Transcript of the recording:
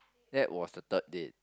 that was the third date